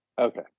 Okay